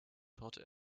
torte